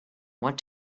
want